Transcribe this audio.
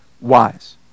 wise